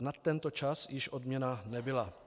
Nad tento čas již odměna nebyla.